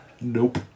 Nope